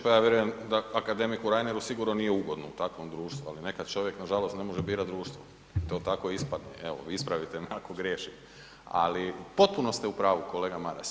Pa ja vjerujem da akademiku Reineru sigurno nije ugodno u takvom društvu, ali nekad čovjek nažalost ne može birat društvo i to tako ispadne, evo, ispravite me ako griješim, ali potpuno ste u pravu, kolega Maras.